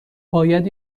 باید